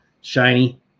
shiny